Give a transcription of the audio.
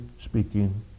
speaking